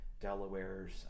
Delawares